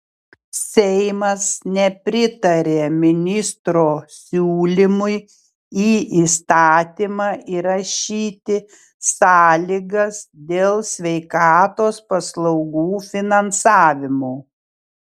seimas nepritarė ministro siūlymui į įstatymą įrašyti sąlygas dėl sveikatos paslaugų finansavimo